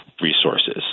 resources